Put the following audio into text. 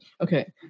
Okay